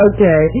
Okay